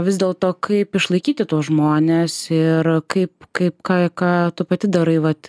vis dėlto kaip išlaikyti tuos žmones ir kaip kaip ką ką tu pati darai vat